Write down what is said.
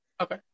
Okay